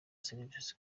serivisi